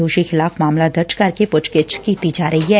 ਦੋਸ਼ੀ ਖ਼ਿਲਾਫ਼ ਮਾਮਲਾ ਦਰਜ ਕਰਕੇ ਪੁੱਛਗਿੱਛ ਕੀਤੀ ਜਾ ਰਹੀ ਐ